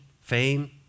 fame